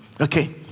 okay